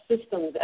systems